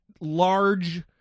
large